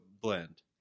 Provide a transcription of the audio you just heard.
blend